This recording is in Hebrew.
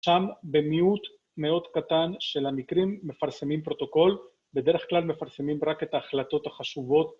שם במיעוט מאוד קטן של המקרים מפרסמים פרוטוקול, בדרך כלל מפרסמים רק את ההחלטות החשובות.